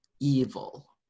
evil